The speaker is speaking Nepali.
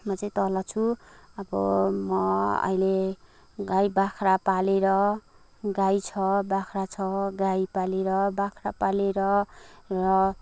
म चाहिँ तल छु अब म अहिले गाई बाख्रा पालेर गाई छ बाख्रा छ गाई पालेर बाख्रा पालेर र